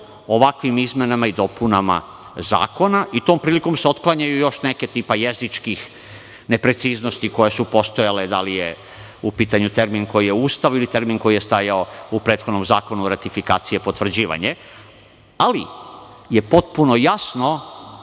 ovakvim izmenama i dopunama zakona i tom priliko se otklanjaju i još neke, tipa jezičkih nepreciznosti koje su postojale, da li je u pitanju koji je u Ustavu ili termin koji je stajao u prethodnom zakonu ratifikacije potvrđivanje, ali, je potpuno jasno,